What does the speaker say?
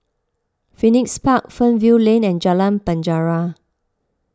Phoenix Park Fernvale Lane and Jalan Penjara